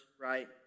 right